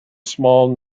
small